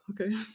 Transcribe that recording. okay